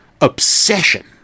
obsession